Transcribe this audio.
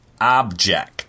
object